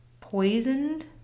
poisoned